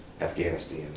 Afghanistan